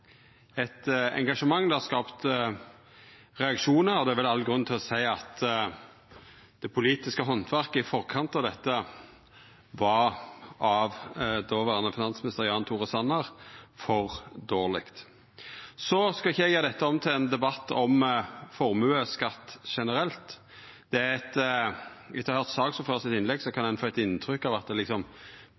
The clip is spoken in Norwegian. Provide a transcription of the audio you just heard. eit engasjement, det har skapt reaksjonar, og det er vel all grunn til å seia at det politiske handverket i forkant av dette, av dåverande finansminister Jan Tore Sanner, var for dårleg. Eg skal ikkje gjera dette om til ein debatt om formuesskatt generelt, men etter å ha høyrt saksordføraren sitt innlegg, kan ein få eit inntrykk av at